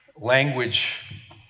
language